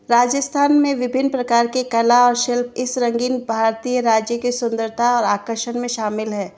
राजस्थान में विभिन्न प्रकार के कला और शिल्प इस रंगीन भारतीय राज्य के सुंदरता और आकर्षण में शामिल है